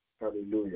Hallelujah